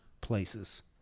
places